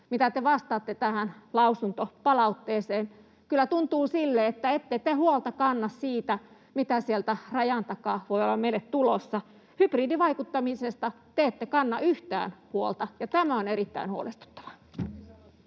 mitä te vastaatte tähän lausuntopalautteeseen? Kyllä tuntuu siltä, että ette te huolta kanna siitä, mitä sieltä rajan takaa voi olla meille tulossa. Hybridivaikuttamisesta te ette kanna yhtään huolta, ja tämä on erittäin huolestuttavaa.